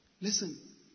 listen